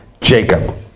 Jacob